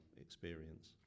experience